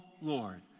Lord